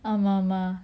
ஆமா ஆமா:aama aama